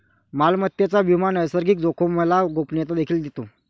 मालमत्तेचा विमा नैसर्गिक जोखामोला गोपनीयता देखील देतो